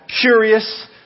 curious